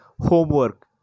homework